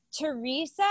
Teresa –